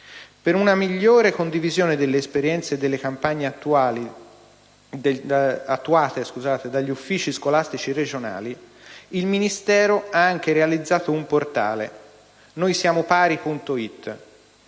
Per una migliore condivisione delle esperienze e delle campagne attuate dagli uffici scolastici regionali, il Ministero ha anche realizzato un portale «www.noisiamopari.it»